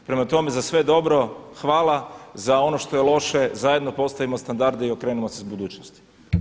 Prema tome, za sve dobro hvala, za ono što je loše zajedno postavimo standarde i okrenimo se budućnosti.